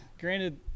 granted